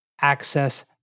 access